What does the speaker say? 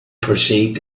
perceived